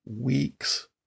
weeks